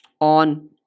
On